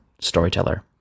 storyteller